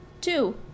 Two